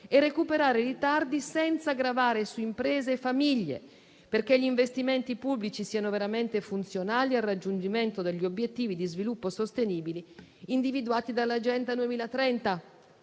e recuperare i ritardi senza gravare su imprese e famiglie, perché gli investimenti pubblici siano veramente funzionali al raggiungimento degli obiettivi di sviluppo sostenibili individuati dall'Agenda 2030.